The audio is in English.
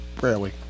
rarely